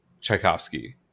Tchaikovsky